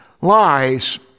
lies